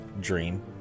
dream